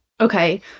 Okay